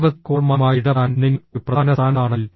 നിരവധി കോളർമാരുമായി ഇടപെടാൻ നിങ്ങൾ ഒരു പ്രധാന സ്ഥാനത്താണെങ്കിൽ